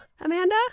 Amanda